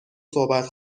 صحبت